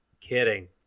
Kidding